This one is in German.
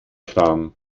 kram